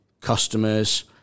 customers